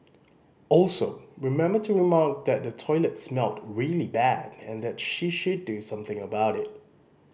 also remember to remark that the toilet smelled really bad and that she should do something about it